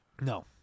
No